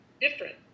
different